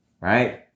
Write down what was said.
right